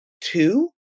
two